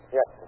Yes